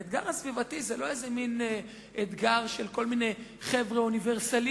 האתגר הסביבתי זה לא איזה מין אתגר של כל מיני חבר'ה אוניברסליסטים